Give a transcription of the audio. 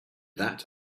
that